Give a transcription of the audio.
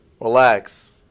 Relax